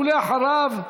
ואחריו,